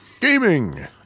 Gaming